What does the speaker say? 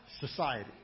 society